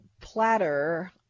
platter